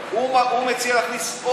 שהוא יכול לבחור